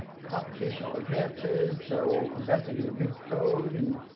computational advances, so investing in good code and